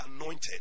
anointed